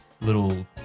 little